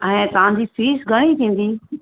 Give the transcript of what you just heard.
हाणे तव्हांजी फीस घणी थींदी